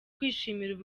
kwishimira